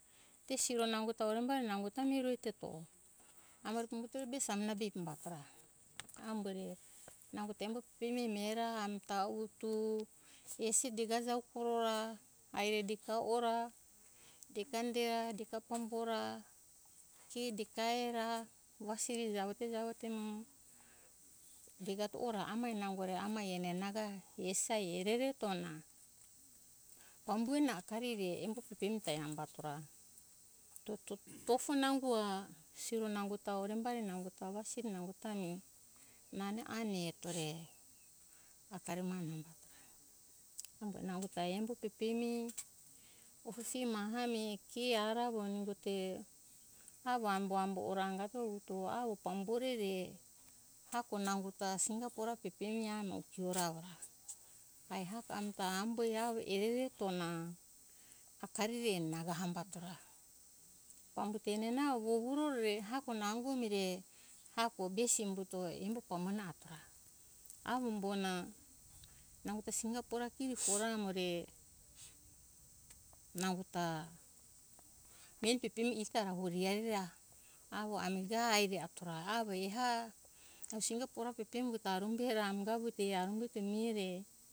Te siro nango ta horembari nanago ta miro huketo amo pambuto re be samuna be pambatora amore nango ta embo pepeni mihera ami ta utu besi dega jaukuro ra, aire dega atora, dega inde ra. dea pambora. ke dega ehera. wasiri javo te javo te mo degato ora amai nango amai besi ai ereretona pambue na akari re embo pepemi ta hambatora tofo na umboa siro nango ta horembari nango ta wasiri nango ta mi nane ane etore akari mane nango ta embo pepemi pe maha ami ke ara avo nane umbuto avo ambo ambo ora angato avo pambore ue re hako nango ta singa fora pepemi amo ora mo ai hako amboi avo ereretona akari re avo hambatora aute enana na vovuro re ehako nango emi re hako besi umbuto embo pamone atora avo umbona nango singa fora kiri fora amore nango ta meni pepemi angari ra avo ami ga aire atora avo eha singa fora embo mi ga arumbe re arumbeto mihe re